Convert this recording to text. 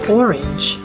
orange